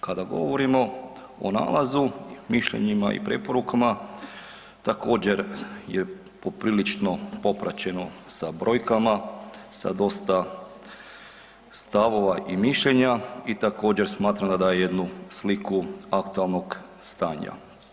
Kada govorimo o nalazu, mišljenjima i preporukama također je poprilično popraćeno sa brojkama, sa dosta stavova i mišljenja, i također smatram da daje jednu sliku aktualnog stanja.